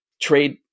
trade